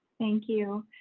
thank you,